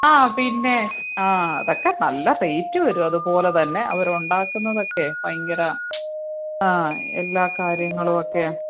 ആ പിന്നെ ആ അതൊക്കെ നല്ല റേറ്റ് വരും അതുപോലെ തന്നെ അവരുണ്ടാക്കുന്നതൊക്കെ ഭയങ്കര ആ എല്ലാ കാര്യങ്ങളും ഒക്കെയാണ്